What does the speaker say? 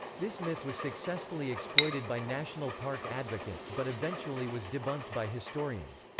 this myth was successfully exploited by national park advocates but eventually was debunked by historians.